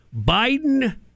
Biden